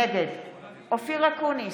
נגד אופיר אקוניס,